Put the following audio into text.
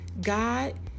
God